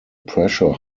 pressure